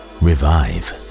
revive